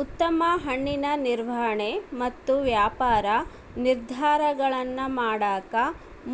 ಉತ್ತಮ ಹಣ್ಣಿನ ನಿರ್ವಹಣೆ ಮತ್ತು ವ್ಯಾಪಾರ ನಿರ್ಧಾರಗಳನ್ನಮಾಡಕ